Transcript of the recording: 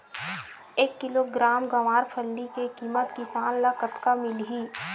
एक किलोग्राम गवारफली के किमत किसान ल कतका मिलही?